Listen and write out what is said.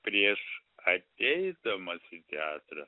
prieš ateidamas į teatrą